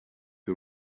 who